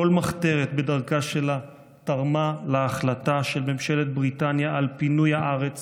כל מחתרת תרמה בדרכה שלה להחלטה של ממשלת בריטניה על פינוי הארץ